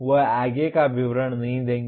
वे आगे का विवरण नहीं देंगे